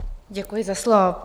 Děkuji za slovo.